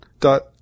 dot